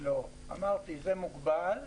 לא, זה מוגבל.